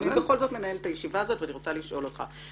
אני בכל זאת מנהלת את הישיבה הזאת ואני רוצה לשאול אותך.